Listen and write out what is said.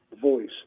voice